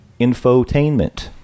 infotainment